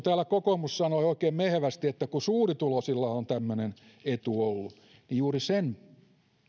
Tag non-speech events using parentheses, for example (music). (unintelligible) täällä kokoomus sanoi oikein mehevästi että kun suurituloisilla on tämmöinen etu ollut mutta juuri sen